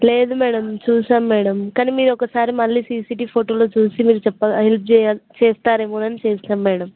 లేదు మేడం చూసాము మేడం కానీ మీరు ఒకసారి మళ్ళీ సీసీ టివీ ఫోటోలో చూసి మీరు చెప్ప హెల్ప్ చేయ చేస్తారేమోనని చేసాను మ్యాడమ్